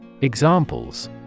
Examples